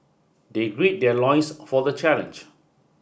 they grid their loins for the challenge